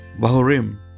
Bahurim